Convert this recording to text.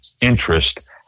interest